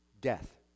death